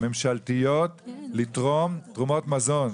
ממשלתיות לתרום תרומות מזון.